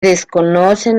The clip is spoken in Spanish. desconocen